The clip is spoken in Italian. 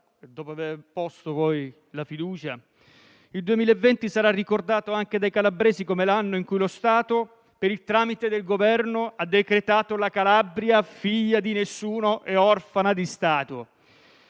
il 2020 sarà ricordato anche dei calabresi come l'anno in cui lo Stato, per il tramite del Governo, ha decretato la Calabria figlia di nessuno e orfana di Stato.